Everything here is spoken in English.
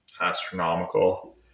astronomical